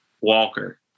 Walker